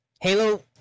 Halo